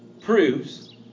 proves